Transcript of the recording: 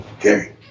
Gary